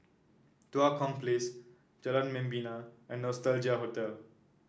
Tua Kong Place Jalan Membina and Nostalgia Hotel